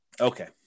Okay